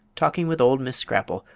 talking with old miss scrapple,